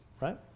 right